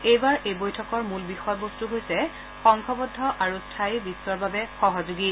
এইবাৰ এই বৈঠকৰ মূল বিষয়বস্তু হৈছে সংগবদ্ধ আৰু স্থায়ী বিশ্বৰ বাবে সহযোগী